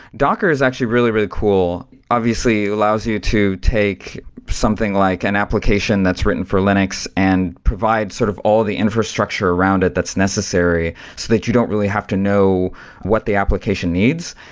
docker is actually really, really cool. obviously, it allows you to take something like an application that's written for linux and provide sort of all the infrastructure around it that's necessary so that you don't really have to know what the application needs.